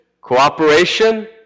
cooperation